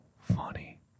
funny